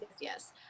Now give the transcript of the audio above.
yes